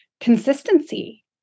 consistency